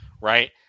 Right